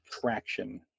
traction